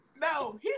No